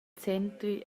center